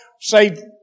say